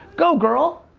go girl!